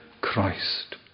Christ